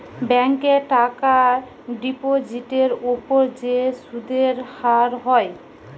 ব্যাংকে টাকার ডিপোজিটের উপর যে সুদের হার হয়